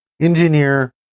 engineer